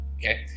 Okay